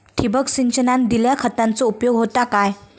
ठिबक सिंचनान दिल्या खतांचो उपयोग होता काय?